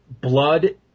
blood